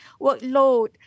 workload